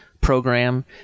program